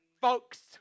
folks